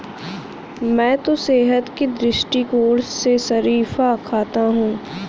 मैं तो सेहत के दृष्टिकोण से शरीफा खाता हूं